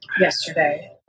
yesterday